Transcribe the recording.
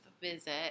visit